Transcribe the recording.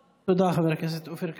תודה, חבר הכנסת אופיר כץ.